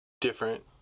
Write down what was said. different